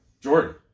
Jordan